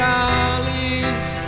alleys